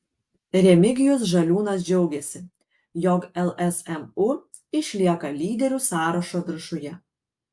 remigijus žaliūnas džiaugėsi jog lsmu išlieka lyderių sąrašo viršuje